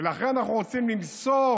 ולכן אנחנו רוצים למסור